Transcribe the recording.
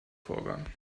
vorgang